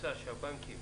רוצה שהבנקים